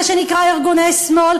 מה שנקרא ארגוני שמאל,